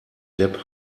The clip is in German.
depp